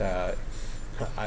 uh uh